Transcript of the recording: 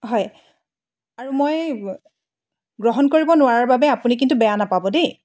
আৰু মই গ্ৰহণ কৰিব নোৱাৰাৰ বাবে আপুনি কিন্তু বেয়া নাপাব দেই